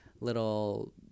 little